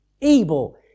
able